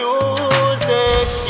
Music